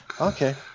Okay